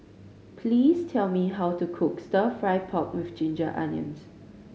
please tell me how to cook Stir Fry pork with ginger onions